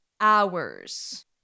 Hours